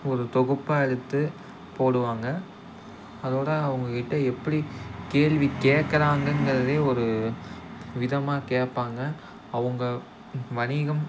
ஒரு தொகுப்பாக எடுத்து போடுவாங்க அதோடு அவங்க கிட்டே எப்படி கேள்வி கேக்கிறாங்கங்கிறதே ஒரு விதமாக கேட்பாங்க அவங்க வணிகம்